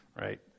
Right